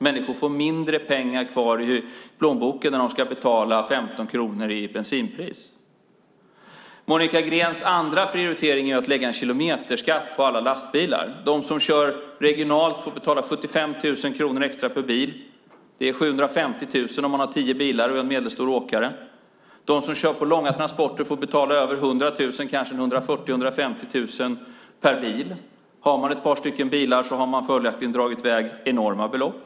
Människor får mindre pengar kvar i plånboken när de ska betala 15 kronor i bensinpris. Monica Greens andra prioritering är att lägga en kilometerskatt på alla lastbilar. De som kör regionalt får betala 75 000 kronor extra per bil. Det är 750 000 om man har tio bilar och är en medelstor åkare. De som kör långa transporter får betala över 100 000, kanske 140 000-150 000, per bil. Har man ett par bilar har man följaktligen dragit i väg enorma belopp.